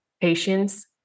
patience